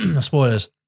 Spoilers